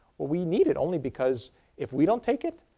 we need it only because if we don't take it,